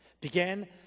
began